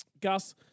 Gus